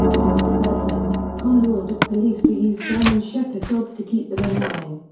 to disperse them, connor ordered police to use german shepherd dogs to keep them in line.